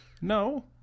No